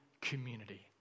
community